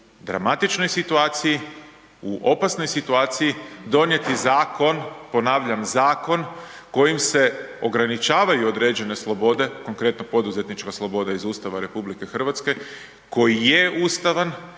dramatičnoj situaciji, u opasnoj situaciji donijeti zakon, ponavljam zakon kojim se ograničavaju određene slobode, konkretno poduzetnička sloboda iz Ustava RH, koji je ustavan,